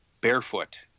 Barefoot